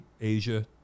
Asia